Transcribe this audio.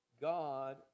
God